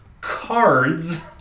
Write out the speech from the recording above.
cards